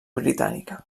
britànica